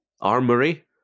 armory